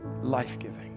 life-giving